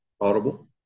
audible